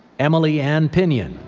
emalee anne pinion,